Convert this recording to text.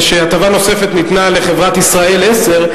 שהטבה נוספת ניתנה לחברת "ישראל 10",